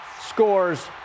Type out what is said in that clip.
scores